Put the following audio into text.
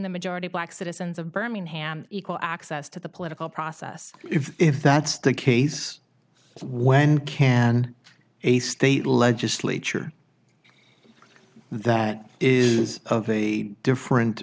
the majority black citizens of birmingham equal access to the political process if that's the case when can a state legislature that is of a different